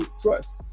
trust